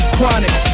chronic